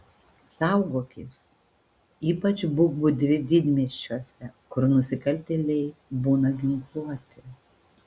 saugokis ypač būk budri didmiesčiuose kur nusikaltėliai būna ginkluoti